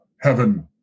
heaven